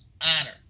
honor